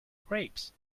grapes